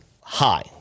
high